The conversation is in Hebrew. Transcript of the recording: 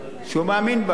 תרבות עם ערכים,